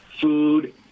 food